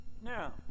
Now